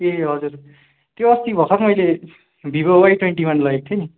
ए हजुर त्यो अस्ति भर्खर मैले भिभो वाई ट्वेन्टीवान लगेको थिएँ नि